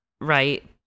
Right